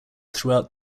throughout